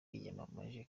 yiyamamaje